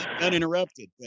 uninterrupted